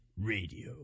Radio